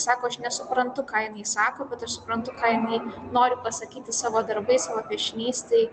sako aš nesuprantu ką sako bet aš suprantu ką jinai nori pasakyti savo darbais piešiniais tai